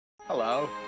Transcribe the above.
Hello